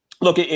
look